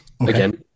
again